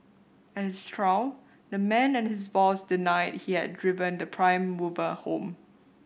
at his trial the man and his boss denied he had driven the prime mover home